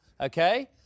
Okay